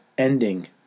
ending